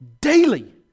daily